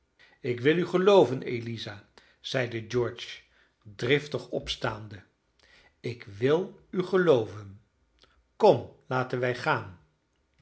ik wil u gelooven eliza zeide george driftig opstaande ik wil u gelooven kom laten wij gaan